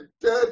dead